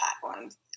platforms